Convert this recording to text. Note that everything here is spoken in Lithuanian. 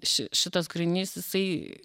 ši šitas kūrinys jisai